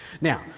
Now